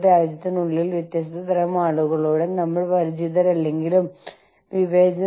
അതായത് സമാനമായ സംസ്കാരങ്ങളുള്ള ലോകത്തിന്റെ വിവിധ ഭാഗങ്ങളിലുള്ള ആളുകളെ കുറിച്ച്